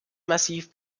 massiv